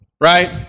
right